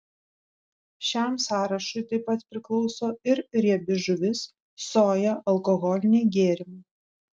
šiam sąrašui taip pat priklauso ir riebi žuvis soja alkoholiniai gėrimai